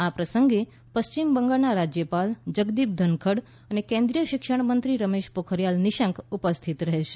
આ પ્રસંગે પશ્ચિમ બંગાળના રાજ્યપાલ જગદીપ ઘનખડ અને કેન્દ્રીય શિક્ષણ મંત્રી રમેશ પોખરીયાલ નિશંક ઉપસ્થિત રહેશે